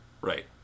Right